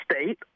state